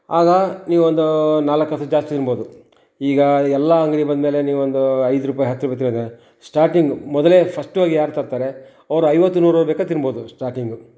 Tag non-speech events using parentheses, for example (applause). ಆಗ ನೀವೊಂದೂ ನಾಲ್ಕು ಕಾಸು ಜಾಸ್ತಿ ತಿನ್ಬೋದು ಈಗಾ ಎಲ್ಲಾ ಅಂಗಡಿ ಬಂದಮೇಲೆ ನೀವೊಂದೂ ಐದು ರುಪಾಯ್ ಹತ್ತು ರುಪಾಯ್ (unintelligible) ಸ್ಟಾರ್ಟಿಂಗು ಮೊದಲೇ ಫಶ್ಟ್ ಹೋಗಿ ಯಾರು ತರ್ತಾರೆ ಅವರು ಐವತ್ತು ನೂರು ಬೇಕಾದ್ದು ತಿನ್ಬೋದು ಸ್ಟಾಟಿಂಗು